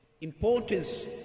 importance